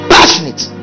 Passionate